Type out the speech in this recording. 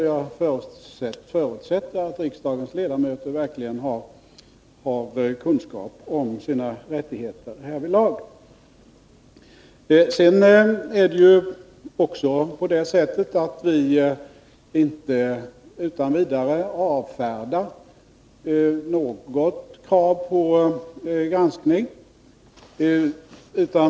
Jag förutsätter att riksdagens ledamöter verkligen har kunskap om sina rättigheter. Vi avfärdar inte utan vidare något krav på granskning.